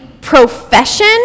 profession